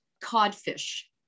codfish